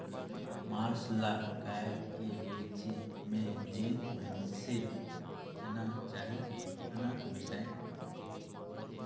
मांस ल कायट के बेचे में जेन मइनसे जेतना चाही ओतना बेसाय सकथे